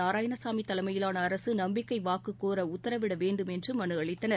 நாராயணசாமி தலைமையிலான அரசு நம்பிக்கை வாக்கு கோர உத்தரவிட வேண்டும் என்று மனு அளித்தனர்